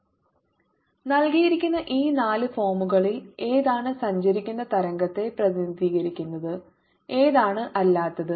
A cos πxL isin πxL eiωt നൽകിയിരിക്കുന്ന ഈ നാല് ഫോമുകളിൽ ഏതാണ് സഞ്ചരിക്കുന്ന തരംഗത്തെ പ്രതിനിധീകരിക്കുന്നത് ഏതാണ് അല്ലാത്തത്